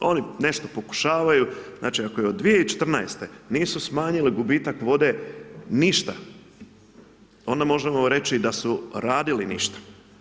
Oni nešto pokušavaju, znači ako od 2014. nisu smanjili gubitak vode, ništa, onda možemo reći, da su radili ništa.